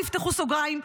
תפתחו סוגריים,